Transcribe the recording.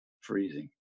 freezing